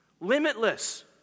Limitless